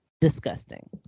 disgusting